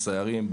סיירים,